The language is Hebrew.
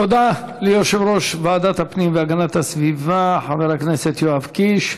תודה ליושב-ראש ועדת הפנים והגנת הסביבה חבר הכנסת יואב קיש.